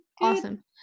Awesome